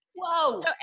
Whoa